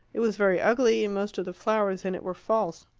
it was very ugly, and most of the flowers in it were false.